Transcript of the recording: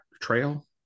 trail